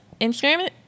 Instagram